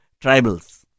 tribals